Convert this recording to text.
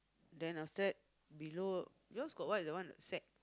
then after that below yours got what is the one the sack